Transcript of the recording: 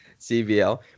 CBL